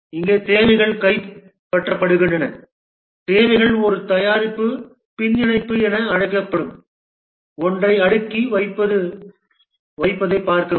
இங்கே தேவைகள் கைப்பற்றப்படுகின்றன தேவைகள் ஒரு தயாரிப்பு பின்னிணைப்பு என அழைக்கப்படும் ஒன்றைப் அடுக்கி வைப்பதைப் பார்க்கிறோம்